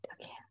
okay